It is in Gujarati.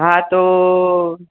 હા તો